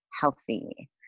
healthy